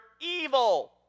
evil